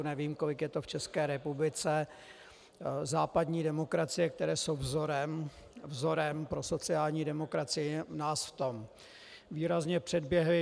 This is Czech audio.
Nevím, kolik to je v České republice, západní demokracie, které jsou vzorem pro sociální demokracii, nás v tom výrazně předběhly.